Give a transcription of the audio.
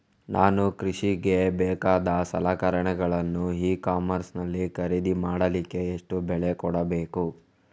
ನಾನು ಕೃಷಿಗೆ ಬೇಕಾದ ಸಲಕರಣೆಗಳನ್ನು ಇ ಕಾಮರ್ಸ್ ನಲ್ಲಿ ಖರೀದಿ ಮಾಡಲಿಕ್ಕೆ ಎಷ್ಟು ಬೆಲೆ ಕೊಡಬೇಕು?